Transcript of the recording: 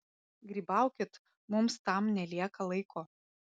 grybaukit mums tam nelieka laiko